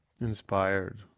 Inspired